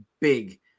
big